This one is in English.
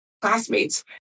classmates